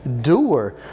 doer